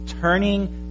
Turning